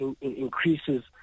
increases